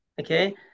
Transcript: okay